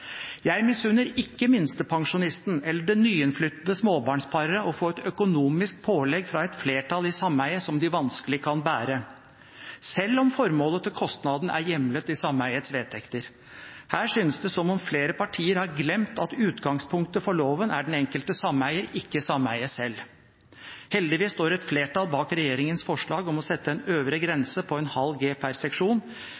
Jeg misunner ikke minstepensjonisten eller det nyinnflyttede småbarnsparet å få et økonomisk pålegg som de vanskelig kan bære, fra et flertall i sameiet– selv om formålet til kostnaden er hjemlet i sameiets vedtekter. Her synes det som om flere partier har glemt at utgangspunktet for loven er den enkelte sameier, ikke sameiet selv. Heldigvis står et flertall bak regjeringens forslag om å sette en øvre